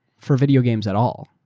for video games at all.